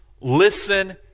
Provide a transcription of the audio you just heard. Listen